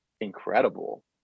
incredible